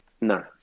no